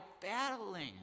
battling